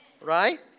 Right